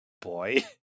boy